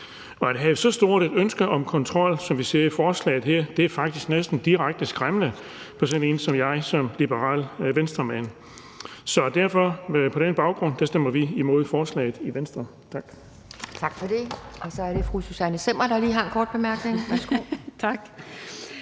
At have et så stort ønske om kontrol, som vi ser i forslaget her, er faktisk næsten direkte skræmmende for sådan en liberal Venstremand som mig. På den baggrund stemmer vi i Venstre imod